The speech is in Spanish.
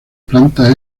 planta